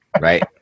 Right